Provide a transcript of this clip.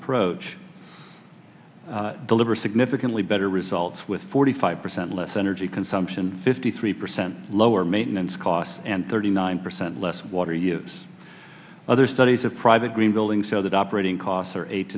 approach deliver significantly better results with forty five percent less energy consumption fifty three percent lower maintenance costs and thirty nine percent less water use other studies of private green buildings so that operating costs are